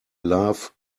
love